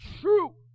true